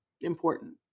important